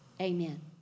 amen